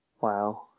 Wow